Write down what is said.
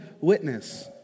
witness